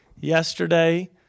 Yesterday